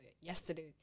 yesterday